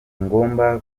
ngombwa